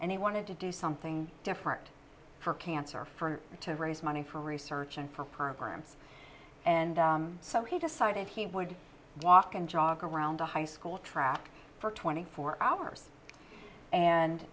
and he wanted to do something different for cancer for it to raise money for research and for programs and so he decided he would walk and jog around a high school track for twenty four hours and